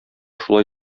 шулай